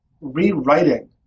rewriting